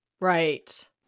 Right